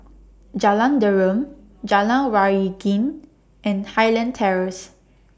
Jalan Derum Jalan Waringin and Highland Terrace